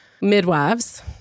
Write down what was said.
midwives